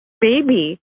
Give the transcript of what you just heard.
baby